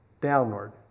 downward